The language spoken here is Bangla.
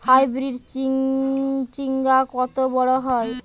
হাইব্রিড চিচিংঙ্গা কত বড় হয়?